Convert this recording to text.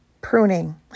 pruning